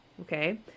Okay